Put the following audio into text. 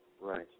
Right